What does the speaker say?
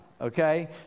Okay